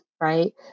right